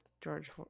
George